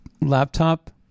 laptop